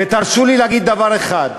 ותרשו לי להגיד דבר אחד.